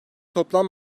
toplam